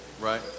Right